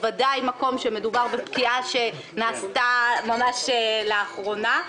בוודאי במקום שמדובר בפקיעה שנעשתה ממש לאחרונה.